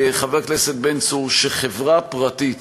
חבר הכנסת בן צור, שחברה פרטית